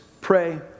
Pray